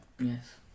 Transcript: yes